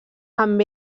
amb